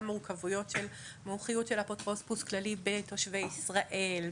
מורכבויות של מומחיות של אפוטרופוס כללי בתושבי ישראל,